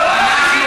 לא מפסיקים